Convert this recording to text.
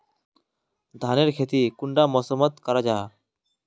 धानेर खेती कुंडा मौसम मोत करा जा?